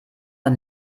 ein